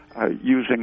using